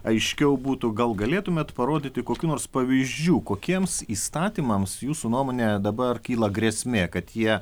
aiškiau būtų gal galėtumėt parodyti kokių nors pavyzdžių kokiems įstatymams jūsų nuomone dabar kyla grėsmė kad jie